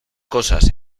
cosas